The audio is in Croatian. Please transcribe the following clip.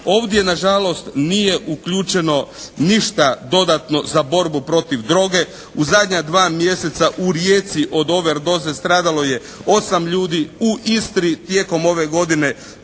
Ovdje na žalost nije uključeno ništa dodatno za borbu protiv droge. U zadnja dva mjeseca u Rijeci od ove doze stradalo je 8 ljudi. U Istri tijekom ove godine